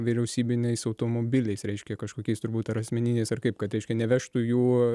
vyriausybiniais automobiliais reiškia kažkokiais turbūt ar asmeniniais ar kaip kad reiškia nevežtų jų